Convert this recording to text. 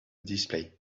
display